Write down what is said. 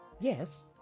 Yes